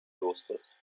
klosters